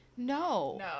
No